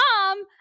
mom